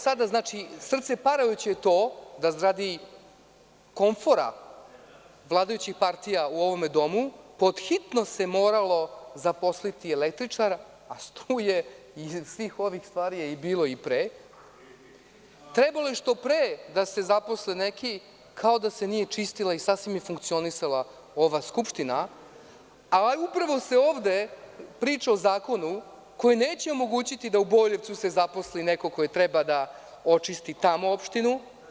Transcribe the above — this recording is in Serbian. Srceparajuće je to da radi konfora vladajućih partija u ovome domu pod hitno se moralo zaposliti električar, a struje i svih ovih stvari je bilo i pre, trebalo je što pre da se zaposle neki kao da se nije čistila i sasvim je funkcionisala ova Skupština, a upravo se ovde priča o zakonu koji neće omogućiti da u Boljevcu se zaposli neko ko treba da očisti tamo opštinu.